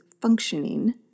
functioning